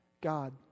God